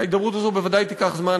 ההידברות הזאת ודאי תיקח זמן,